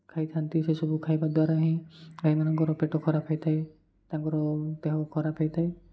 ଖାଇଥାନ୍ତି ସେସବୁ ଖାଇବା ଦ୍ୱାରା ହିଁ ଗାଈମାନଙ୍କର ପେଟ ଖରାପ ହୋଇଥାଏ ତାଙ୍କର ଦେହ ଖରାପ ହୋଇଥାଏ